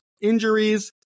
injuries